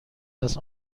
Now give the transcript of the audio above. است